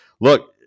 look